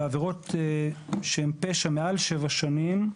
עבירות שהן פשע מעל שבע שנים,